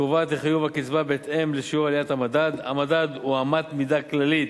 הקובעת לחיוב הקצבה בהתאם לשיעור עליית המדד: המדד הוא אמת מידה כללית,